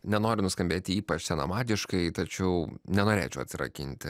nenoriu nuskambėti ypač senamadiškai tačiau nenorėčiau atsirakinti